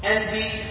Envy